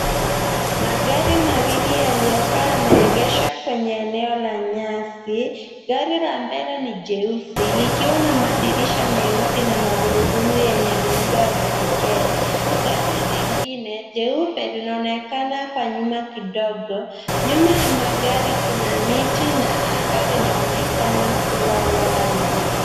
Magari mawili yaliyokuwa yameegeshwa kwenye eneo la nyasi. Gari la mbele ni jeusi likiwa na madirisha meusi na magurudumu yenye muundo wa kipekee . Gari lingine jeupe linaonekana kwa nyuma kidogo. Nyuma ya magari kuna miti na anga linaonekana kuwa wazi.